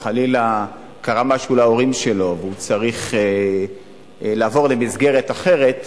או שקרה משהו להורים שלו והוא צריך לעבור למסגרת אחרת,